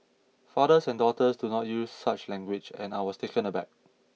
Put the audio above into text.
fathers and daughters do not use such language and I was taken aback